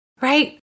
right